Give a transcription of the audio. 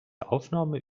aufnahme